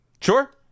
Sure